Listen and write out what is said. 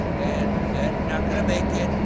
and and not gonna make it.